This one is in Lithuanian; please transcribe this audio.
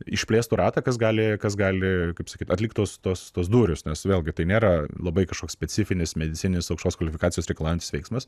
išplėstų ratą kas gali kas gali kaip sakyt atlikt tuos tuos dūrius nes vėlgi tai nėra labai kažkoks specifinis medicininis aukštos kvalifikacijos reikalaujantis veiksmas